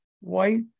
white